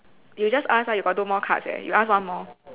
you just ask lah you got two more cards leh you ask one more